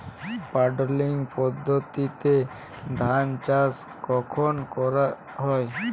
Puddling পদ্ধতিতে ধান চাষ কখন করা হয়?